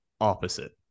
opposite